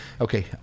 Okay